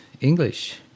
English